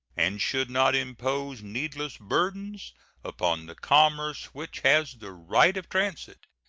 and should not impose needless burdens upon the commerce which has the right of transit.